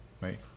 right